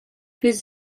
his